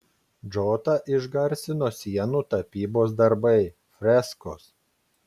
džotą išgarsino sienų tapybos darbai freskos